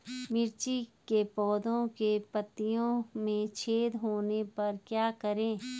मिर्ची के पौधों के पत्तियों में छेद होने पर क्या करें?